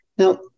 Now